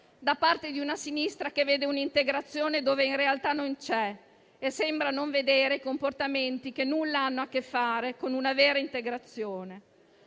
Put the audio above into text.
da parte di una sinistra che vede un'integrazione dove in realtà non c'è e sembra non vedere comportamenti che nulla hanno a che fare con una vera integrazione.